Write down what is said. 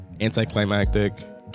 anticlimactic